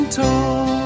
told